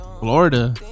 florida